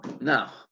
Now